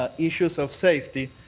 ah issues of safety.